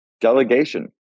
Delegation